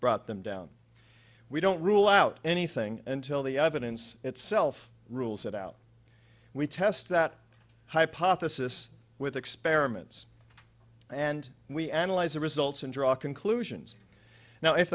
brought them down we don't rule out anything until the evidence itself rules it out we test that hypothesis with experiments and we analyze the results and draw conclusions now i